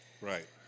Right